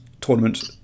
tournament